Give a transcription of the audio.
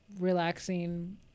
relaxing